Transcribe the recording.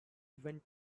when